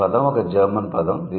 ఈ పదం ఒక జర్మన్ పదం